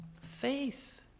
Faith